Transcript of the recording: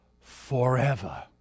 forever